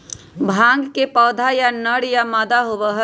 भांग के पौधा या नर या मादा होबा हई